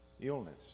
illness